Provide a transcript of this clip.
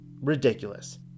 Ridiculous